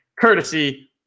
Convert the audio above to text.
courtesy